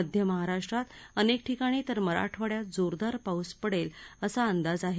मध्यमहाराष्ट्रात अनेक ठिकाणी तसंच मराठवाङ्यात जोरदार पाऊस पडेल असा अंदाज आहे